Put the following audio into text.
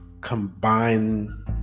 combine